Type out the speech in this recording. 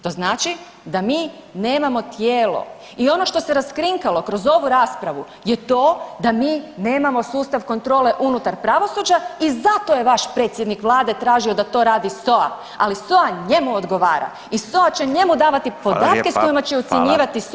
To znači da mi nemamo tijelo i ono što se raskrinkalo kroz ovu raspravu je to da mi nemamo sustav kontrole unutar pravosuđa i zato je vaš predsjednik vlade tražio da to radi SOA, ali SOA njemu odgovara i SOA će njemu davati podatke s kojima će ucjenjivati suce.